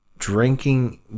Drinking